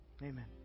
Amen